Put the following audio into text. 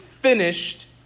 finished